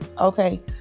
Okay